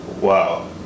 Wow